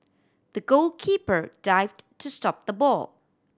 the goalkeeper dived to stop the ball